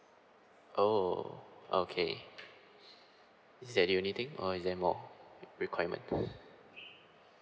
oh okay is that the only thing or is there more requirement